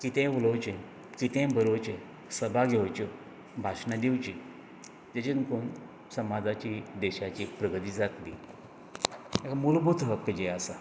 कितेंय उलोवचें कितेंय बरोवचें सभा घेवच्यो भाशणां दिवची ताजेंर कोण समाजाची देशाची प्रगती जातली मुलभूत हक्क जें आसा